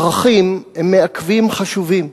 ערכים הם מעכבים חשובים.